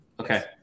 Okay